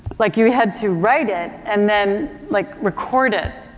like you had to write it and then like record it,